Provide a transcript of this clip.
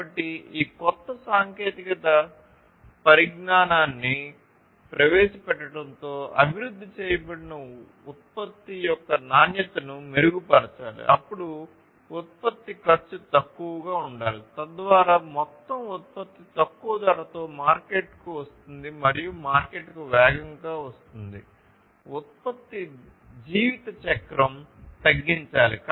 కాబట్టి ఈ క్రొత్త సాంకేతిక పరిజ్ఞానాన్ని ప్రవేశపెట్టడంతో అభివృద్ధి చేయబడిన ఉత్పత్తి యొక్క నాణ్యతను మెరుగుపరచాలి అప్పుడు ఉత్పత్తి ఖర్చు తక్కువగా ఉండాలి తద్వారా మొత్తం ఉత్పత్తి తక్కువ ధరతో మార్కెట్కు వస్తుంది మరియు మార్కెట్కు వేగంగా వస్తుంది ఉత్పత్తి జీవితచక్రం తగ్గించాలి